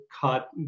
cut